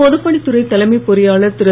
பொதுப்பணித் துறை தலைமை பொறியாளர் திரு